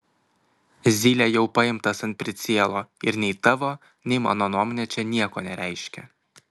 zylė jau paimtas ant pricielo ir nei tavo nei mano nuomonė čia nieko nereiškia